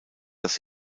das